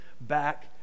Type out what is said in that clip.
back